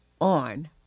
on